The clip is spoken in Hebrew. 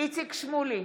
איציק שמולי,